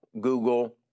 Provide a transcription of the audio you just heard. Google